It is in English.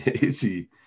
Easy